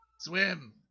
swim